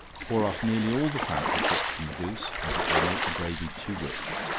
pour off nearly all the fat that drips from the goose, as it will make the gravy too rich.